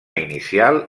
inicial